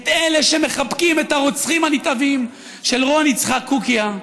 את אלה שמחבקים את הרוצחים הנתעבים של רון יצחק קוקיא,